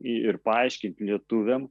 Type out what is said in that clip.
ir paaiškinti lietuviam